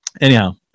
Anyhow